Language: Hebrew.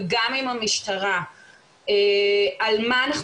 וגם עם המשטרה,